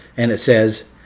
and it says,